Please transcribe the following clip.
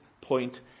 point